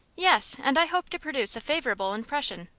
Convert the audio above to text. yes and i hope to produce a favorable impression.